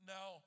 Now